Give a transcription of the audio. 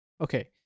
Okay